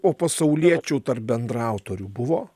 o pasauliečių tarp bendraautorių buvo